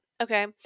Okay